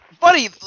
Buddy